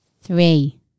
three